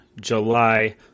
July